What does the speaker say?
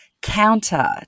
counter